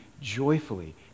joyfully